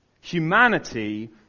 Humanity